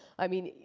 i mean,